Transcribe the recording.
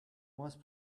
must